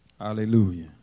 Hallelujah